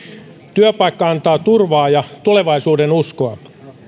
työpaikka antaa turvaa ja tulevaisuudenuskoa